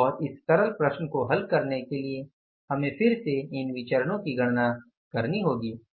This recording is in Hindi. और इस सरल प्रश्न को हल करने के लिए हमें फिर से इन विचरणो की गणना करनी होगी